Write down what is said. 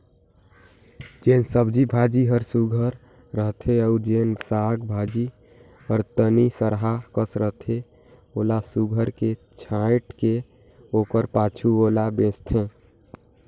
जेन सब्जी भाजी हर सुग्घर रहथे अउ जेन साग भाजी हर तनि सरहा कस रहथे ओला सुघर ले छांएट के ओकर पाछू ओला बेंचथें